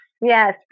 Yes